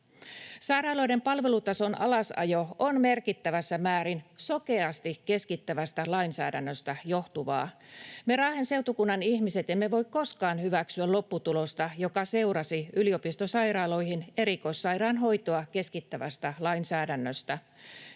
Sairaaloiden palvelutason alasajo on merkittävässä määrin sokeasti keskittävästä lainsäädännöstä johtuvaa. Me Raahen seutukunnan ihmiset emme voi koskaan hyväksyä lopputulosta, joka seurasi yliopistosairaaloihin erikoissairaanhoitoa keskittävästä lainsäädännöstä.